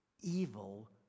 evil